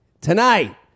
Tonight